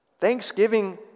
Thanksgiving